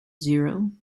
zero